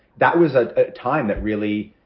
that was a time that really,